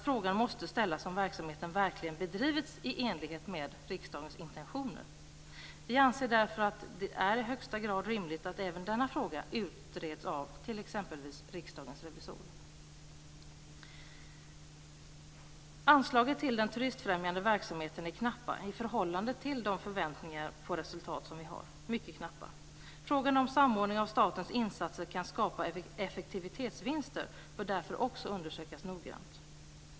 Frågan måste ställas om verksamheten verkligen bedrivits i enlighet med riksdagens intentioner. Vi anser att det är i högsta grad rimligt att även denna fråga utreds av t.ex. Riksdagens revisorer. Anslagen till den turismfrämjande verksamheten är knappa i förhållande till de förväntningar på resultat vi har, mycket knappa. Frågan om huruvida samordning av statens insatser kan skapa effektivitetsvinster bör därför också undersökas noggrant.